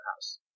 house